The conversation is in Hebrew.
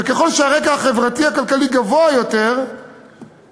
וככל שהרקע החברתי-הכלכלי גבוה יותר כך